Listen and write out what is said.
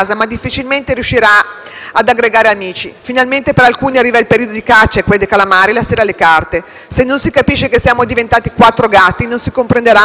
ad aggregare amici. Finalmente per alcuni arriva il periodo di caccia e quello dei calamari. E la sera le carte. Se non si capisce che siamo diventati "quattro gatti" non si comprenderà mai come risolvere i problemi».